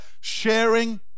sharing